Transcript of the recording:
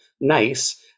nice